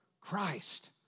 Christ